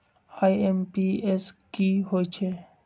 IMPS की होईछइ?